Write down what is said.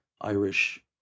Irish